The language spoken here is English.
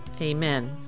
Amen